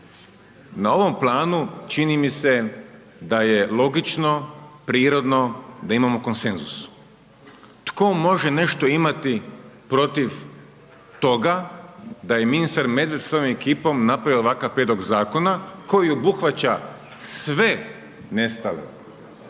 Na ovom planu, čini mi se, da je logično, prirodno da imamo konsenzus. Tko može nešto imati protiv toga, da je ministar Medved, s ovom ekipom napravio ovakav prijedlog zakona, koji obuhvaća sve nestale